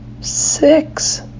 six